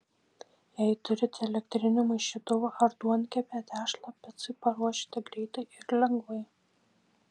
jei turite elektrinį maišytuvą ar duonkepę tešlą picai paruošite greitai ir lengvai